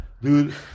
Dude